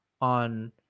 on